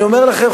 אני אומר לכם,